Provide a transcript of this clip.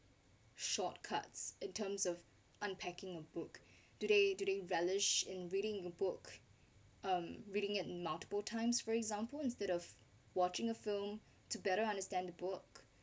shortcuts in terms of unpacking a book today today relish in reading a book um reading it multiple times for example instead of watching a film to better understand the book